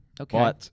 Okay